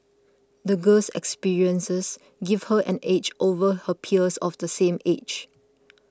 the girl's experiences gave her an edge over her peers of the same age